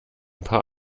paar